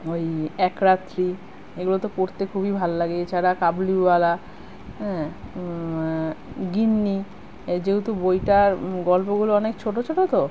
ওই এক রাত্রি এগুলো তো পড়তে খুবই ভাল লাগে এছাড়া কাবুলিওয়ালা অ্যাঁ গিন্নি এ যেহেতু বইটার গল্পগুলো অনেক ছোট ছোট তো